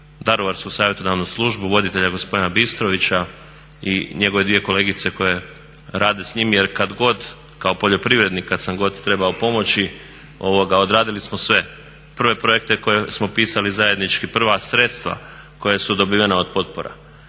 Daruvarsku savjetodavnu službu, voditelja gospodina Bistrovića i njegove dvije kolegice koje rade s njim jer kad god, kao poljoprivrednik kad sam god trebao pomoć odradili smo sve. Prve projekte koje smo pisali zajednički, prva sredstva koja su dobivena od potpora.